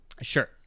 sure